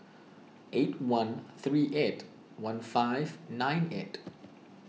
eight one three eight one five nine eight